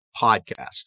Podcast